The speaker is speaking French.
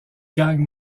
gagne